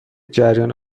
جریان